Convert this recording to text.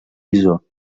bisó